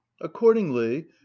accordingly